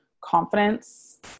confidence